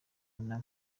barumuna